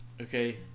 okay